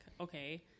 okay